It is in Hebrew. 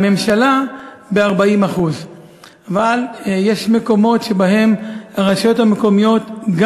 התקציבים בין הממשלה לבין הרשויות המקומיות.